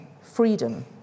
freedom